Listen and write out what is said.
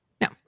No